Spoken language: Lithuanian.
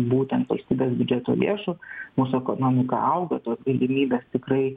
būtent valstybės biudžeto lėšų mūsų ekonomika auga tos galimybės tikrai